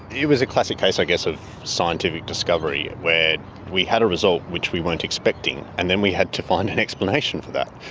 it was a classic case i guess of scientific discovery where we had a result which we weren't expecting, and then we had to find an explanation for that.